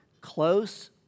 close